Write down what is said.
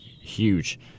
huge